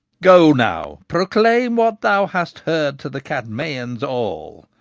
go now proclaim what thou hast heard to the cadmeians all,